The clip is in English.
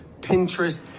Pinterest